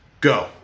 Go